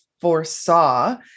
foresaw